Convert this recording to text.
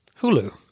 Hulu